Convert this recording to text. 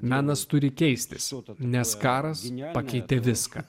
menas turi teistis o nes karas pakeitė viską